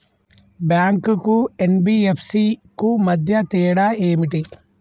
Bank కు N B F C కు మధ్య తేడా ఏమిటి?